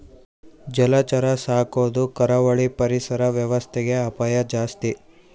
ಜಲಚರ ಸಾಕೊದು ಕರಾವಳಿ ಪರಿಸರ ವ್ಯವಸ್ಥೆಗೆ ಅಪಾಯ ಜಾಸ್ತಿ